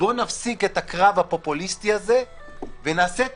בוא נפסיק את הקרב הפופוליסטי הזה ונעשה את